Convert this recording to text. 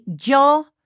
Yo